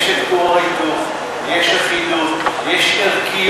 יש את כור ההיתוך, יש אחידות, יש ערכיות.